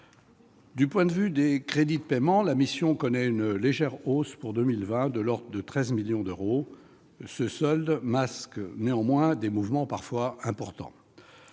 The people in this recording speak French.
Au titre des crédits de paiement, la mission connaît une légère hausse pour 2020, de l'ordre de 13 millions d'euros. Ce solde masque néanmoins des mouvements parfois importants.